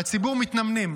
והציבור היה מתנמנם.